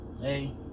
hey